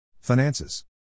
Finances